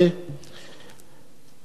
החלק הבעייתי של הפרויקט.